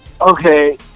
Okay